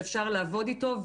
שאפשר לעבוד איתו,